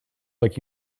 like